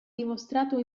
dimostrato